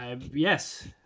yes